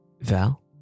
Val